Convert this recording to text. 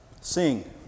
Sing